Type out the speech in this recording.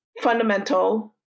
fundamental